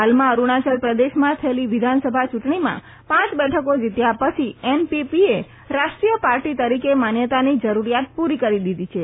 હાલમાં અરૂણાચલ પ્રદેશમાં થયેલી વિધાનસભા ચુંટણીમાં પાંચ બેઠકો જીત્યા પછી એનપીપીએ રાષ્ટ્રીય પાર્ટી તરીકે માન્યતાની જરૂરીયાત પૂરી કરી દીધી છે